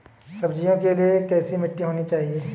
सब्जियों के लिए कैसी मिट्टी होनी चाहिए?